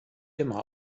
immer